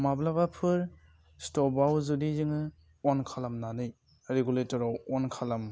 माब्लाबाफोर स्टपआव जुदि जोङो अन खालामनानै रेगुलेटराव अन खालाम